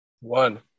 one